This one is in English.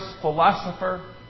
philosopher